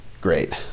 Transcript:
Great